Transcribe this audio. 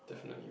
definitely [what]